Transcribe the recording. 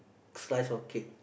slice of cake